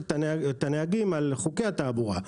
את הנהגים על חוקי התעבורה.